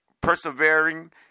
persevering